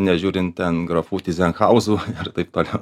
nežiūrint ten grafų tyzenhauzų ir taip toliau